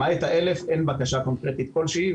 למעט ה-1,000 אין בקשה קונקרטית כלשהי,